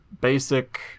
basic